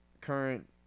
current –